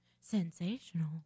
sensational